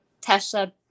Tessa